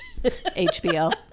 HBO